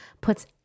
puts